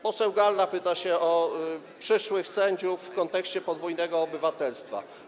Poseł Galla pyta o przyszłych sędziów w kontekście podwójnego obywatelstwa.